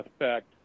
effect